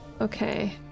Okay